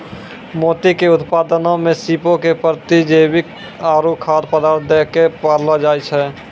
मोती के उत्पादनो मे सीपो के प्रतिजैविक आरु खाद्य पदार्थ दै के पाललो जाय छै